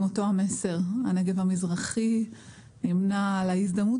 עם אותו המסר: הנגב המזרחי נמנה על ההזדמנות